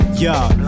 Yo